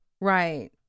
Right